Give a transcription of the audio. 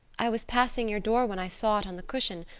i was passing your door when i saw it on the cushion,